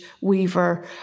Weaver